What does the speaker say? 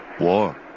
War